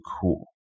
cool